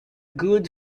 good